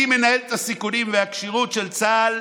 אני מנהל את הסיכונים, והכשירות של צה"ל